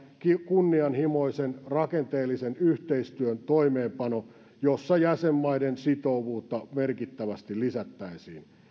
kunnianhimoisen rakenteellisen yhteistyön toimeenpano jossa jäsenmaiden sitoutuvuutta merkittävästi lisättäisiin